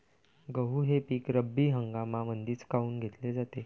गहू हे पिक रब्बी हंगामामंदीच काऊन घेतले जाते?